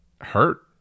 hurt